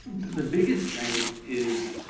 the biggest strength is